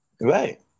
right